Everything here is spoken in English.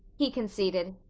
he conceded.